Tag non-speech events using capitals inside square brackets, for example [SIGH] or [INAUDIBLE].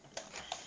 [NOISE]